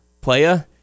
Playa